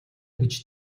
гэж